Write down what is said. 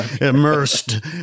immersed